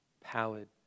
pallid